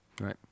Right